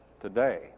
today